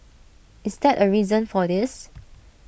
is that A reason for this